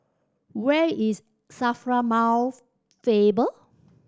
where is SAFRA Mouth Faber